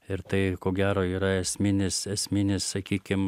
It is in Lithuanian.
ir tai ko gero yra esminis esminis sakykim